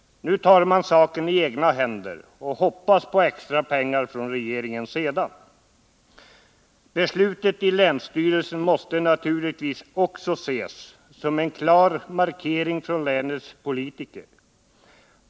Nu tar man saken i egna händer och hoppas på extra pengar från regeringen sedan. Beslutet i länsstyrelsen måste naturligtvis också ses som en klar markering i från länets politiker.